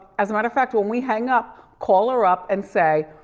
as a matter of fact, when we hang up, call her up and say,